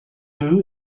who